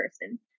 person